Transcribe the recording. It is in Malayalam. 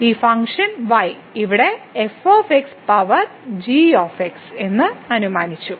ഈ ഫംഗ്ഷൻ y നമ്മൾ ഇവിടെ f പവർ g അനുമാനിച്ചു